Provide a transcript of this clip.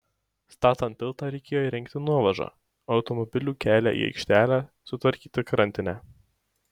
statant tiltą reikėjo įrengti nuovažą automobilių kelią į aikštelę sutvarkyti krantinę